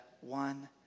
one